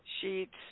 sheets